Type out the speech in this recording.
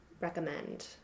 recommend